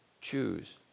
choose